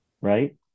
right